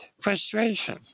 frustration